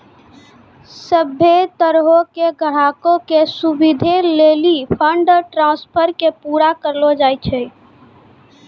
सभ्भे तरहो के ग्राहको के सुविधे लेली फंड ट्रांस्फर के पूरा करलो जाय छै